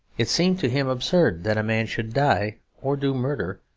it seemed to him absurd that a man should die, or do murder,